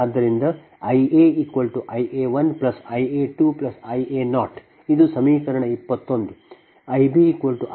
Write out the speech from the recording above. ಆದ್ದರಿಂದ IaIa1Ia2Ia0 ಇದು ಸಮೀಕರಣ 21